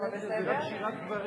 הכול